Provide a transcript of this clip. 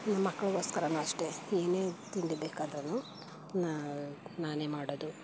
ನಮ್ಮಕ್ಳಿಗೋಸ್ಕರವೂ ಅಷ್ಟೇ ಏನೇ ತಿಂಡಿ ಬೇಕಾದ್ರೂ ನಾನೇ ಮಾಡೋದು